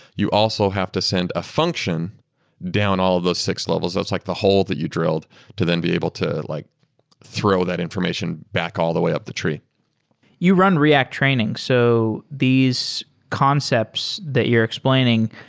you also have to send a function down all of those six levels. that's like the hole that you drilled to then be able to like throw that information back all the way up the tree you run react training. so these concepts that you're explaining,